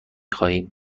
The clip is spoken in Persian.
خواهیم